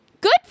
Good